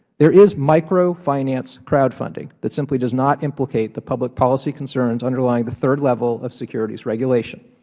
there is micro finance crowdfunding that simply does not implicate the public policy concerns underlying the third level of securities regulation,